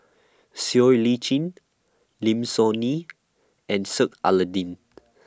Siow Lee Chin Lim Soo Ngee and Sheik Alau'ddin